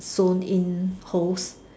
sewn in holes